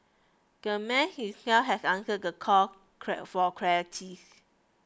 the man himself has answered the call for clarities